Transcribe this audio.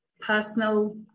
personal